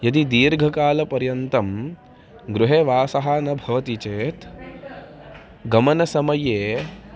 यदि दीर्घकालपर्यन्तं गृहे वासः न भवति चेत् गमनसमये